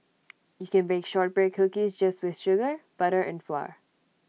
you can bake Shortbread Cookies just with sugar butter and flour